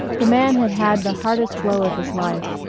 the man had had the hardest blow of his life.